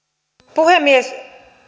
puhemies